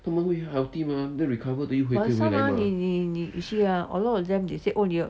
but some ah 你你你 you see ah a lot of them they said oh